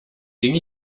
ging